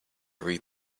read